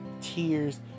tears